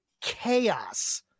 chaos